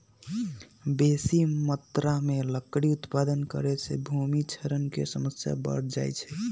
बेशी मत्रा में लकड़ी उत्पादन करे से भूमि क्षरण के समस्या बढ़ जाइ छइ